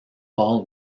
paul